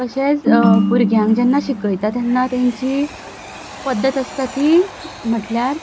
तशेंच भुरग्यांक जेन्ना शिकयता तेन्ना तांचीं पद्दत आसता ती म्हटल्यार